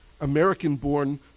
American-born